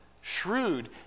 shrewd